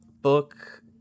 book